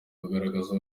kugaragaza